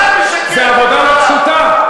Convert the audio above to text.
זו עבודה לא פשוטה.